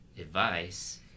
advice